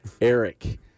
Eric